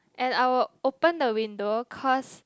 and I'll open the window cause